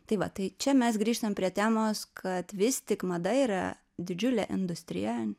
tai va tai čia mes grįžtam prie temos kad vis tik mada yra didžiulė industrija